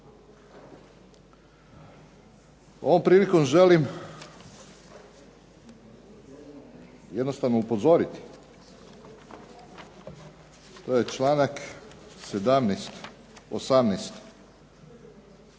Ovom prilikom želim jednostavno upozoriti, to je članak 17., 18.